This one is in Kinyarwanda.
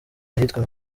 ahitwa